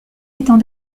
étant